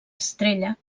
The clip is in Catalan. estrella